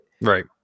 Right